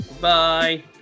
Bye